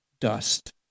dust